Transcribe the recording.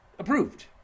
Approved